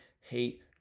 hate